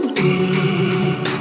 deep